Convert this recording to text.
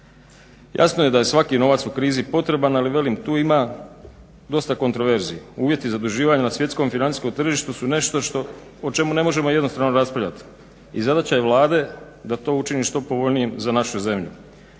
Jasno je da svaki novac u krizi potreban ali velim tu ima dosta kontroverzi. Uvjeti zaduživanja na svjetskom financijskom tržištu su nešto o čemu ne možemo jednostavno raspravljati i zadaća je Vlade da to učini što povoljnijim za našu zemlju.